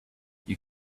you